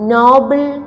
noble